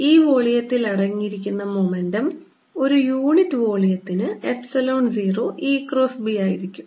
ഈ വോള്യത്തിൽ അടങ്ങിയിരിക്കുന്ന മൊമെന്റം ഒരു യൂണിറ്റ് വോള്യത്തിന് എപ്സിലോൺ 0 E ക്രോസ് B ആയിരിക്കും